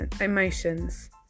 emotions